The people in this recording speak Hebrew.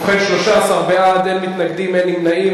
ובכן, 13 בעד, אין מתנגדים, אין נמנעים.